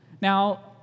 Now